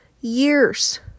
years